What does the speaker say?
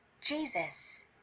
Jesus